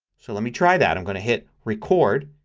so let me try that. i'm going to hit record.